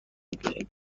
بیاین